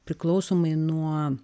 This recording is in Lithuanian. priklausomai nuo